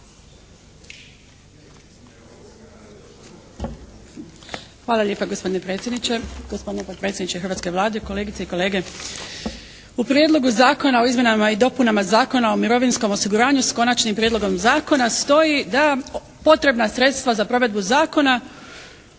Hvala lijepa. Gospodine predsjedniče, gospodine potpredsjedniče hrvatske Vlade, kolegice i kolege. U Prijedlogu zakona o izmjenama i dopunama Zakona o mirovinskom osiguranju s konačnim prijedlogom zakona stoji da potrebna sredstva za provedbu zakona